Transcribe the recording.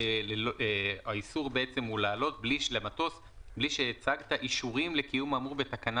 האיסור הוא לעלות למטוס בלי שהצגת אישורים לקיום האמור בתקנה